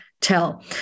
tell